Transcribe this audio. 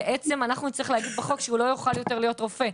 בעצם אנחנו נצטרך להגיד בחוק שהוא לא יוכל יותר להיות רופא,